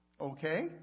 Okay